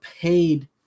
paid